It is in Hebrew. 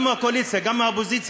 גם מהקואליציה וגם מהאופוזיציה,